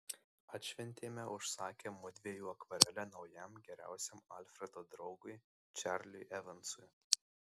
atšventėme užsakę mudviejų akvarelę naujam geriausiam alfredo draugui čarliui evansui